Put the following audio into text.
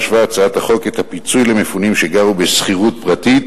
משווה הצעת החוק את הפיצוי למפונים שגרו בשכירות פרטית